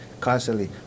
constantly